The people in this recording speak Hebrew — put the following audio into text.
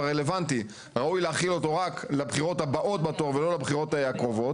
רלוונטי ראוי להחיל אותו רק לבחירות הבאות בתור ולא לבחירות הקרובות.